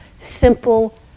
simple